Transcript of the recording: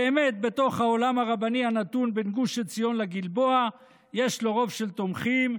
באמת בתוך העולם הרבני הנתון בין גוש עציון לגלבוע יש לו רוב של תומכים,